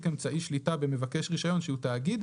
אמצעי שליטה במבקש רישיון שהוא תאגיד,